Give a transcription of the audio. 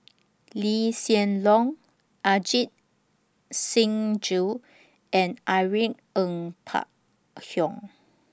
Lee Hsien Loong Ajit Singh Gill and Irene Ng Phek Hoong